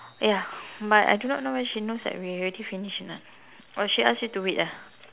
ya but I do not know when she knows that we already finish or not oh she ask you to wait ah